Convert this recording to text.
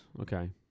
Okay